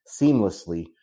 seamlessly